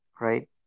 right